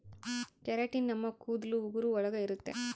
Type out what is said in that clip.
keratin ನಮ್ ಕೂದಲು ಉಗುರು ಒಳಗ ಇರುತ್ತೆ